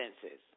senses